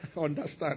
understand